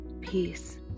peace